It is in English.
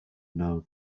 know